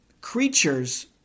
creatures